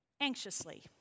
Anxiously